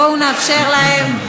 בואו נאפשר להם.